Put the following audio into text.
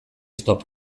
stop